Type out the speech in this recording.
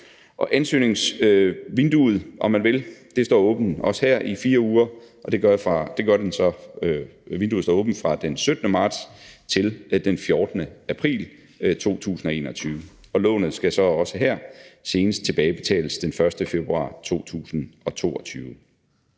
Ansøgningsvinduet, om man vil, står også her åbent i 4 uger, og det gør det fra den 17. marts til den 14. april 2021. Lånet skal så også her senest tilbagebetales den 1. februar 2022.